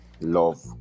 Love